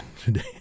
today